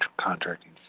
contracting